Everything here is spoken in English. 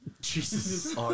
Jesus